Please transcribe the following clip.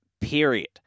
period